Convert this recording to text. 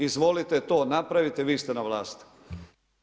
Izvolite to napraviti, vi ste na vlasti.